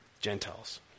Gentiles